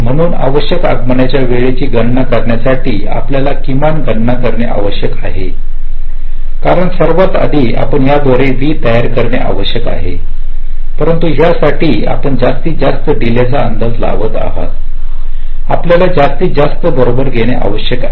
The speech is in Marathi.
म्हणून आवश्यक आगमनाच्या वेळेची गणना करण्यासाठी आपल्याला किमान गणना करणे आवश्यक आहे कारण सर्वात आधी आपण त्याद्वारे V तयार करणे आवश्यक आहे परंतु यासाठी आपण जास्तीत जास्त डीले चा अंदाज लावत आहात आपल्याला जास्तीत जास्त बरोबर घेणे आवश्यक आहे